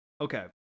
Okay